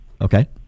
Okay